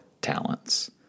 talents